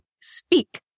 speak